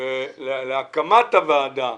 ולהקמת הוועדה,